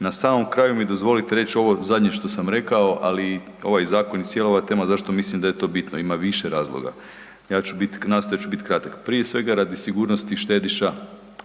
Na samom kraju mi dozvolite reć ovo zadnje što sam rekao, ali ovaj zakon i cijela ova tema zašto mislim da je to bitno. Ima više razloga. Ja ću bit, nastojat ću bit kratak. Prije svega radi sigurnosti štedišta